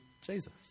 Jesus